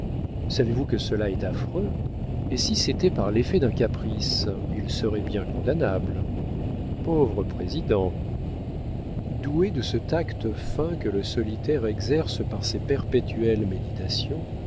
savez-vous que cela est affreux et si c'était par l'effet d'un caprice il serait bien condamnable pauvre président douée de ce tact fin que le solitaire exerce par ses perpétuelles méditations